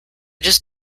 just